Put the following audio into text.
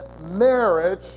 marriage